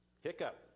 Hiccup